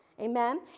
Amen